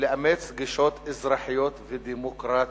ולאמץ גישות אזרחיות ודמוקרטיות,